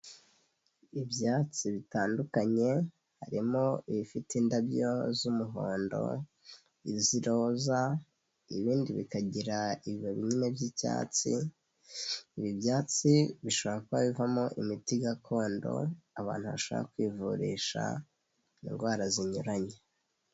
Ibyatsi bitandukanye harimo ibifite indabyo z'umuhondo, iz'iroza ibindi bikagira ibibabi binini by'icyatsi, ibi byatsi bishobora kuba bivamo imiti gakondo abantu bashobora kwivurisha indwara zinyuranye.